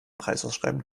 preisausschreiben